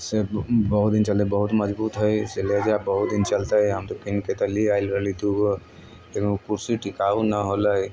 से बहुत दिन चललै बहुत मजबूत हइ से ले जा बहुत दिन चलतै हम तऽ कीनिके तऽ ले आएल रहली दुगो लेकिन ओ कुर्सी टिकाउ नहि होलै